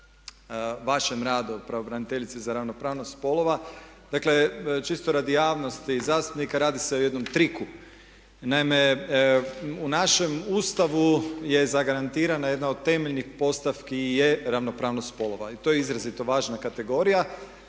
vašem radu, pravobraniteljice za ravnopravnost spolova. Dakle čisto radi javnosti zastupnika radi se o jednom triku. Naime, u našem Ustavu je zagarantirana jedna od temeljnih postavki je ravnopravnost spolova i to je izrazito važna kategorija.